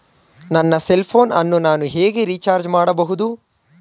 ನನ್ನ cell phone ಅನ್ನು ನಾನು ಹೇಗೆ ರಿಚಾರ್ಜ್ ಮಾಡಬಹುದು?